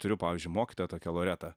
turiu pavyzdžiui mokytoją tokią loretą